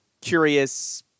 curious –